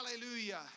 Hallelujah